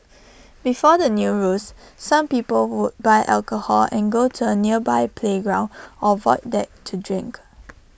before the new rules some people would buy alcohol and go to A nearby playground or void deck to drink